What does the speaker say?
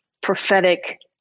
Prophetic